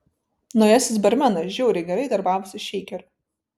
naujasis barmenas žiauriai gerai darbavosi šeikeriu